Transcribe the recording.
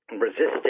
resisting